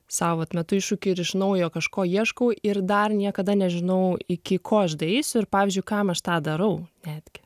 sau vat atmetu iššūkį ir iš naujo kažko ieškau ir dar niekada nežinau iki ko aš daeisiu ir pavyzdžiui kam aš tą darau netgi